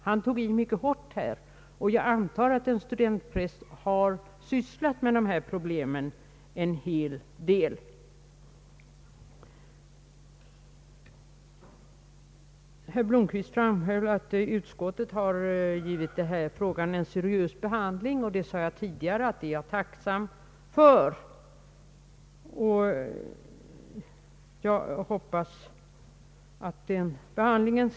Han tog i mycket hårt, och jag antar att en studentpräst sysslat med dessa problem. Herr Blomquist betonade att utskottet givit frågan en seriös behandling, och jag är, som jag sade tidigare, tacksam för det.